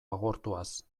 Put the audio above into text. agortuaz